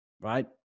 right